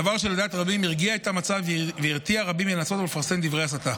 דבר שלדעת רבים הרגיע את המצב והרתיע רבים מלנסות ולפרסם דברי הסתה.